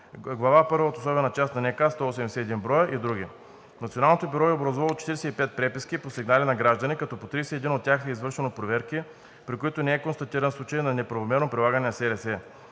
Глава първа от особената част на НК – 181 броя, и други. Националното бюро е образувало 45 преписки по сигнали на граждани, като по 31 от тях е извършило проверки, при които не е констатиран случай на неправомерно прилагане на